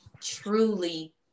truly